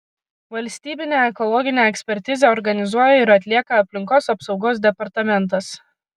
valstybinę ekologinę ekspertizę organizuoja ir atlieka aplinkos apsaugos departamentas